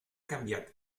canviat